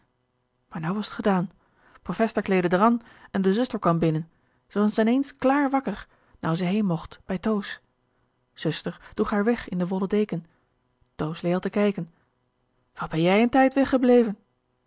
nou was t gedaan profester kleedde d'r an en de zuster kwam binnen ze was in éens klaar wakker nou ze heen mocht bij toos zuster droeg haar weg in de wollen deken toos lee al te kijken wat ben jij n tijd weggebleve